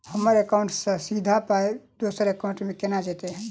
हम्मर एकाउन्ट सँ सीधा पाई दोसर एकाउंट मे केना जेतय?